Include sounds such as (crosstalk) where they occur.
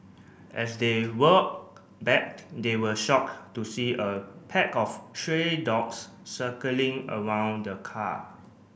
as they walk back they were shock to see a pack of (unintelligible) dogs circling around the car